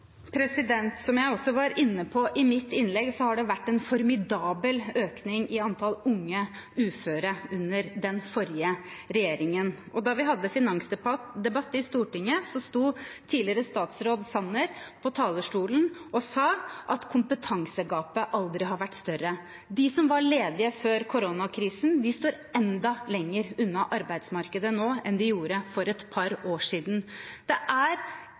Som jeg også var inne på i mitt innlegg, har det vært en formidabel økning i antall unge uføre under den forrige regjeringen. Da vi hadde finansdebatt i Stortinget, sto tidligere statsråd Sanner på talerstolen og sa at kompetansegapet aldri har vært større. De som var ledige før koronakrisen, står enda lenger unna arbeidsmarkedet nå enn de gjorde for et par år siden. Det er